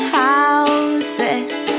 houses